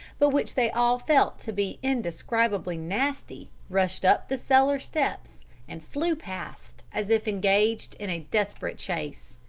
but which they all felt to be indescribably nasty, rushed up the cellar steps and flew past, as if engaged in a desperate chase.